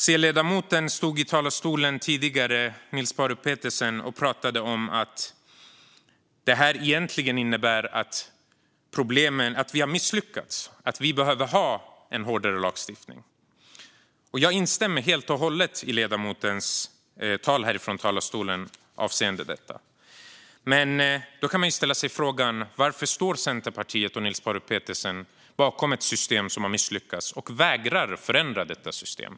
C-ledamoten Niels Paarup-Petersen stod tidigare i talarstolen och pratade om att detta egentligen innebär att vi har misslyckats och att vi behöver ha en hårdare lagstiftning. Jag instämmer helt och hållet i ledamotens tal härifrån talarstolen avseende detta. Men man kan ställa sig frågan varför Centerpartiet och Niels Paarup-Petersen står bakom ett system som har misslyckats och vägrar att förändra detta system.